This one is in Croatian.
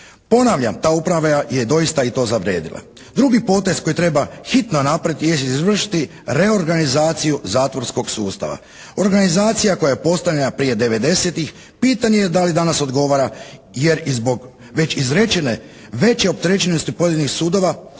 Ponavljam, ta uprava je doista to i zavrijedila. Drugi potez koji treba hitno napraviti jest izvršiti reorganizaciju zatvorskog sustav. Organizacija koja je postavljena prije 90-tih pitanje je da li danas odgovara jer i zbog već izrečene veće opterećenosti pojedinih sudova,